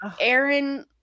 Aaron